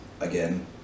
again